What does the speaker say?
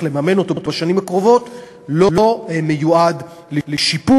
לממן אותו בשנים הקרובות לא מיועד לשיפור,